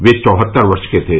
वे चौहत्तर वर्ष के थे